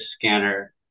scanner